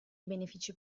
benefici